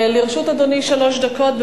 לרשות אדוני שלוש דקות.